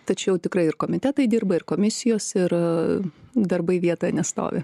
tačiau tikrai ir komitetai dirba ir komisijos ir darbai vietoje nestovi